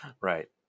Right